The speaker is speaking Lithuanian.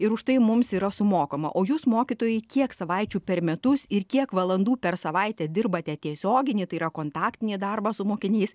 ir už tai mums yra sumokama o jūs mokytojai kiek savaičių per metus ir kiek valandų per savaitę dirbate tiesioginį tai yra kontaktinį darbą su mokiniais